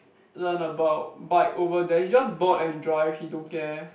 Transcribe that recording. learn about bike over there he just bought and drive he don't care